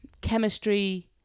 chemistry